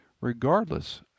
regardless